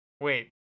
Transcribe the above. Wait